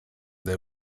they